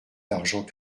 d’argent